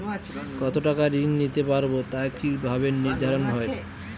কতো টাকা ঋণ নিতে পারবো তা কি ভাবে নির্ধারণ হয়?